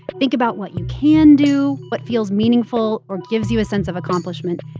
think about what you can do, what feels meaningful or gives you a sense of accomplishment,